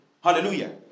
Hallelujah